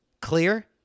clear